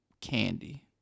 candy